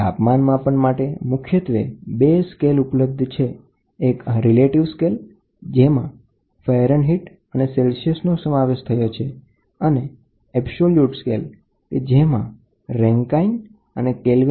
તાપમાન માપન માટેના સ્કેલ રીલેટીવ સ્કેલ એટલે કે ફેરનહીટ અને સેલ્સિયસ અને એબ્સોલ્યુટ સ્કેલ જે રાન્કાઇન અને કેલ્વિન છે